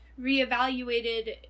reevaluated